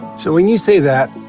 so when you say that,